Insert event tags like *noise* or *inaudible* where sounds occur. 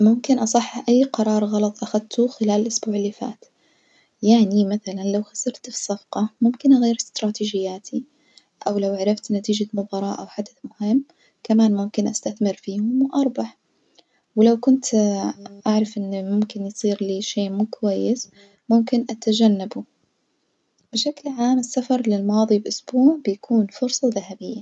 ممكن أصحح أي قرار غلط أخدته خلال الأسبوع الفات، يعني مثلاً لو خسرت في صفقة ممكن أغير استراتيجياتي، أو لو عرفت نتيجة مباراة أو حدث مهم، كمان ممكن أستثمر فيهم وأربح، ولو كنت *hesitation* أعرف إن ممكن يصير لي شي مو كويس ممكن أتجنبه، بشكل عام السفر للماضي بأسبوع بيكون فرصة ذهبية.